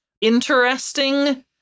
interesting